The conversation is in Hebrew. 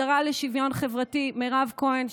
לשרה לשוויון חברתי מירב כהן,